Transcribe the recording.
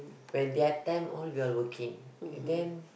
when their time all we are working and then